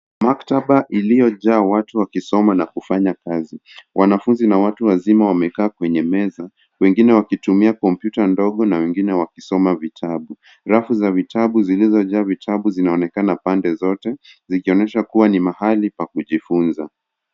Maktaba iliyojaa watu wakisoma na kufanya kazi. Wanafunzi na watu wazima wamekaa kwenye meza, wengine wakitumia kompyuta ndogo na wengine wakisoma vitabu. Rafu za vitabu zilizojaa vitabu, zinaonekana pande zote, zikionyesha kua ni mahali pa kujifunza.